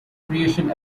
creation